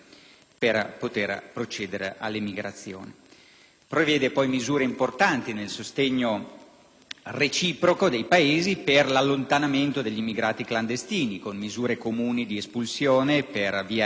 Prevede poi misure importanti nel sostegno reciproco dei Paesi per l'allontanamento degli immigrati clandestini (con misure comuni di espulsione, per via aerea, degli immigrati clandestini e con misure di allontanamento);